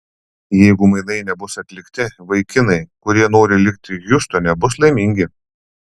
jeigu mainai nebus atlikti vaikinai kurie nori likti hjustone bus laimingi